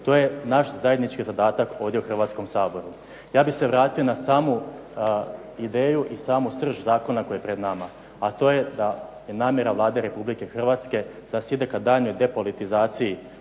To je naš zajednički zadatak ovdje u Hrvatskom saboru. Ja bih se vratio na samu ideju i samu srž zakona koji je pred nama a to je da je namjera Vlade Republike Hrvatske da se ide ka daljnjoj depolitizaciji